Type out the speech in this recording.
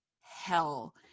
hell